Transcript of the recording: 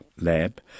lab